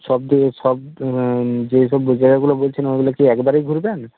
সব সব যেই সব জায়গাগুলো বলছেন ওগুলো কি একবারেই ঘুরবেন